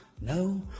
No